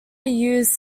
used